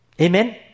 Amen